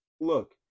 look